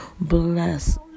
bless